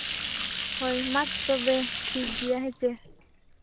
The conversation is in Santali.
ᱦᱳᱭ ᱢᱟ ᱛᱚᱵᱮ ᱴᱷᱤᱠ ᱜᱮᱭᱟ ᱦᱮᱸ ᱥᱮ